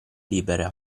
libero